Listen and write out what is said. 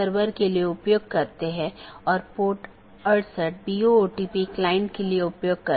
यहाँ multi home AS के 2 या अधिक AS या उससे भी अधिक AS के ऑटॉनमस सिस्टम के कनेक्शन हैं